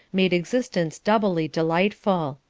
made existence doubly delightful.